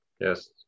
yes